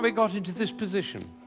but got into this position.